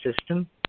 system